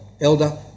elder